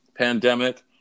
Pandemic